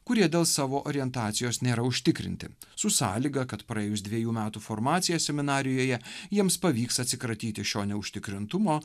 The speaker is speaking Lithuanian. kurie dėl savo orientacijos nėra užtikrinti su sąlyga kad praėjus dvejų metų formaciją seminarijoje jiems pavyks atsikratyti šio neužtikrintumo